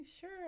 sure